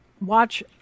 watch